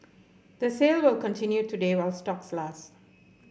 the sale will continue today while stocks last